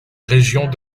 régions